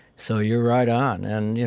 so you're right on. and, you